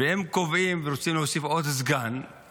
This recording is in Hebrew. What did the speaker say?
אם קובעים ורוצים להוסיף עוד סגן,